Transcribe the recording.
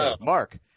Mark